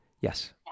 Yes